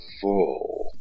full